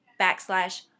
backslash